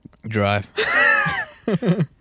Drive